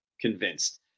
convinced